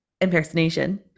impersonation